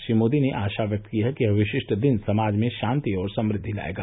श्री मोदी ने आशा व्यक्त की है कि यह विशिष्ट दिन समाज में शांति और समृद्धि लाएगा